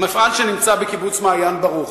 מפעל שנמצא בקיבוץ מעיין-ברוך,